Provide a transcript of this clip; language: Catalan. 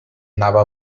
anava